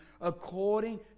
according